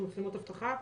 של מצלמות אבטחה.